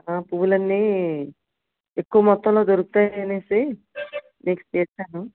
పువ్వులన్నీ ఎక్కువ మొత్తంలో దొరుకుతాయ అనేసి మీకు చేసాను